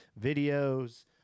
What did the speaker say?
videos